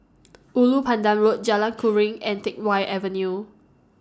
Ulu Pandan Road Jalan Keruing and Teck Whye Avenue